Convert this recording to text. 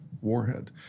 warhead